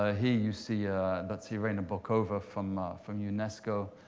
ah here, you see ah and that's irina bokova from ah from unesco.